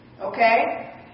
Okay